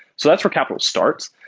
so that's where capital starts.